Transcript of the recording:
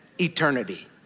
eternity